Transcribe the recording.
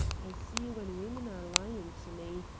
i see when women are lying to me.